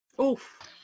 Oof